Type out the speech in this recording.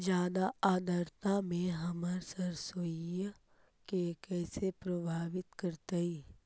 जादा आद्रता में हमर सरसोईय के कैसे प्रभावित करतई?